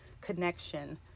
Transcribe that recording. connection